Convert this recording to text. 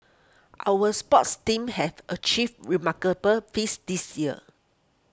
our sports teams have achieved remarkable feats this year